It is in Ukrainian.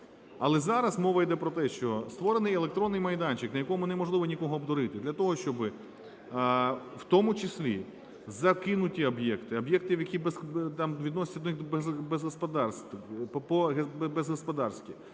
Але зараз мова йде про те, що створений електронний майданчик, на якому неможливо нікого обдурити. Для того, щоби в тому числі закинуті об'єкти, об'єкти, які там відносяться до… без господарств,